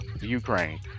Ukraine